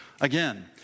again